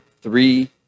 three